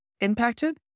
impacted